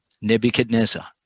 Nebuchadnezzar